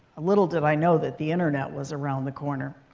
little did i know that the internet was around the corner.